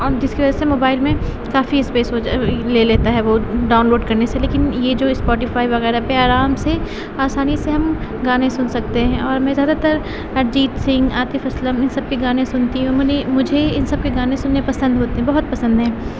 اور جس کی وجہ سے موبائل میں کافی اسپیس ہو جا لے لیتا ہے وہ ڈاؤنلوڈ كرنے سے لیكن یہ جو اسپوٹیفائی وغیرہ پہ آرام سے آسانی سے ہم گانے سن سکتے ہیں اور میں زیادہ تر ارجیت سنگھ عاطف اسلم ان سب کے گانے سنتی ہوں منے مجھے ان سب کے گانے سننے پسند ہوتے ہیں بہت پسند ہیں